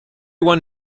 one